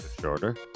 Shorter